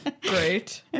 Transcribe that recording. Great